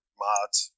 mods